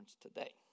today